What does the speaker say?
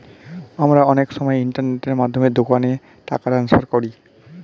আমরা অনেক সময় ইন্টারনেটের মাধ্যমে দোকানে টাকা ট্রান্সফার করি